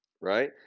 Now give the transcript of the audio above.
right